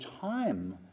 time